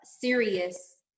serious